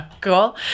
Cool